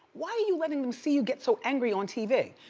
why are you letting them see you get so angry on tv?